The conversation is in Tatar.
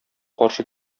каршы